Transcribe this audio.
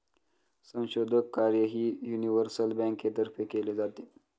संशोधन कार्यही युनिव्हर्सल बँकेतर्फे केले जाते